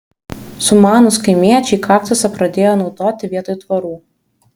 sumanūs kaimiečiai kaktusą pradėjo naudoti vietoj tvorų